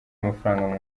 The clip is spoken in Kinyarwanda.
amafaranga